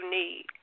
need